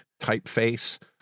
typeface